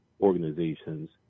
organizations